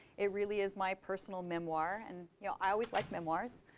it really is my personal memoir. and you know i always liked memoirs.